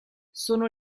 sono